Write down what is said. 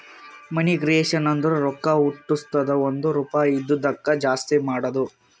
ಮನಿ creation ಅಂದುರ್ ರೊಕ್ಕಾ ಹುಟ್ಟುಸದ್ದು ಒಂದ್ ರುಪಾಯಿ ಇದಿದ್ದುಕ್ ಜಾಸ್ತಿ ಮಾಡದು